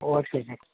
ஓ சரி சார்